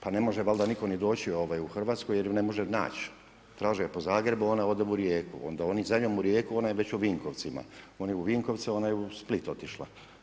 Pa ne može valjda nitko ni doći u Hrvatsku, jer ju ne može naći, traže ju po Zagrebu, ona ode u Rijeku, onda oni za njom u Rijeku, ona je već u Vinkovcima, oni u Vinkovce, ona je u Split otišla.